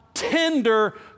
tender